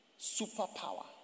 Superpower